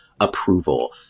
approval